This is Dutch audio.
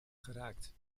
geraakt